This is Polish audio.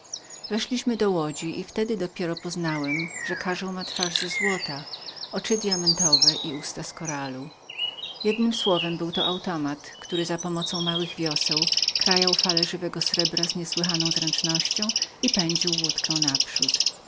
weszliśmy do łodzi i wtedy dopiero poznałem że karzeł miał twarz ze złota oczy dyamentowe i usta z koralu jednem słowem był to automat który za pomocą małych wioseł krajał fale żywego srebra z niesłychaną zręcznością i pędził naprzód